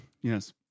Yes